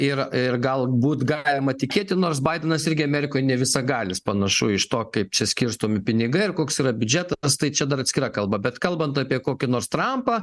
ir ir galbūt galima tikėti nors baidenas irgi amerikoj ne visagalis panašu iš to kaip čia skirstomi pinigai ir koks yra biudžetas tai čia dar atskira kalba bet kalbant apie kokį nors trampą